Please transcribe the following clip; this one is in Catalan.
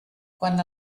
quan